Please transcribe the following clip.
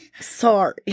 Sorry